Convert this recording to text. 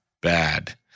bad